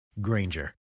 Granger